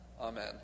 Amen